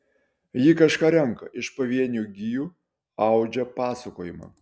ji kažką renka iš pavienių gijų audžia pasakojimą